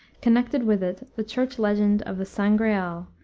connected with it the church legend of the sangreal,